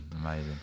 Amazing